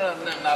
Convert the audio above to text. להתחלף?